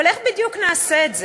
אבל איך בדיוק נעשה את זה?